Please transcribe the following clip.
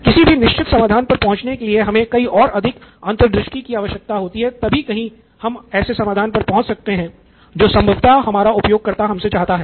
किसी भी निश्चित समाधान पर पहुँचने के लिए हमे कई और अधिक अंतर्दृष्टि की आवश्यकता होती है तब कहीं हम ऐसे समाधान पर पहुँच सकते हैं जो संभवतः हमारा उपयोगकर्ता हमसे चाहता हैं